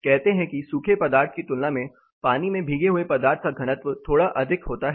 कहते हैं कि सूखे पदार्थ की तुलना में पानी में भीगे हुए पदार्थ का घनत्व थोड़ा अधिक होता है